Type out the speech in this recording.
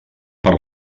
per